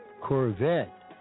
Corvette